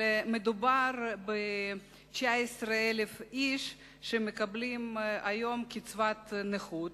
מדובר ב-19,000 איש שמקבלים היום קצבת נכות